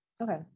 Okay